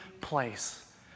place